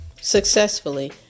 successfully